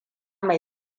mai